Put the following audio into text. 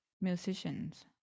musicians